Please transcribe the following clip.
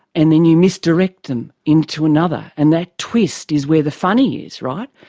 and then you misdirect them into another, and that twist is where the funny is, right?